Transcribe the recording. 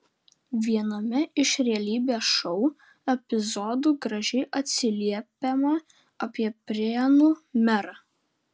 viename iš realybės šou epizodų gražiai atsiliepiama apie prienų merą